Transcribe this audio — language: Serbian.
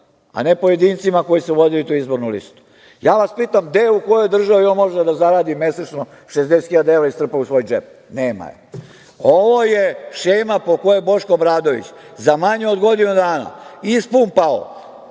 a ne pojedincima koji su vodili tu izbornu listu. Ja vas pitam gde, u kojoj državi on može da zaradi mesečno 60.000 evra i strpa u svoj džep? Nema je. Ovo je šema po kojoj je Boško Obradović za manje od godinu dana ispumpao